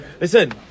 Listen